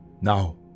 Now